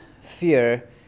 fear